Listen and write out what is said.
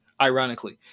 ironically